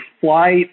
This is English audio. flight